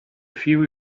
fiery